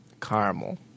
Caramel